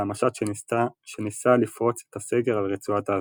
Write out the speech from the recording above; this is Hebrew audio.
המשט שניסה לפרוץ את הסגר על רצועת עזה.